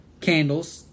candles